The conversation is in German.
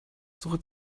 suche